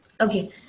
Okay